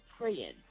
praying